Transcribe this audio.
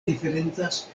diferencas